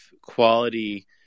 quality –